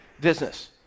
business